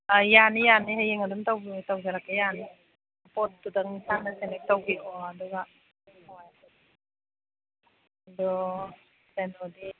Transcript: ꯑꯥ ꯌꯥꯅꯤ ꯌꯥꯅꯤ ꯍꯌꯦꯡ ꯑꯗꯨꯝ ꯇꯧꯖꯔꯛꯀꯦ ꯌꯥꯅꯤ ꯄꯣꯠꯇꯨꯗꯪ ꯏꯁꯥꯅ ꯁꯦꯂꯦꯛ ꯇꯧꯕꯤꯔꯛꯑꯣ ꯑꯗꯨꯒ ꯍꯣꯏ ꯑꯗꯣ ꯀꯩꯅꯣꯗꯤ